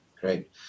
Great